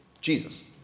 Jesus